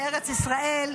בארץ ישראל,